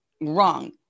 wrong